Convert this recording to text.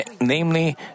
Namely